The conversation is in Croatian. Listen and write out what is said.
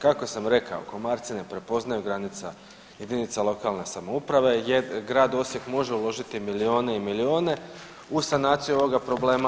Kako sam rekao, komarci ne prepoznaju granice jedinica lokalne samouprave jer grad Osijek može uložiti milijune i milijune u sanaciju ovoga problema.